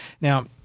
Now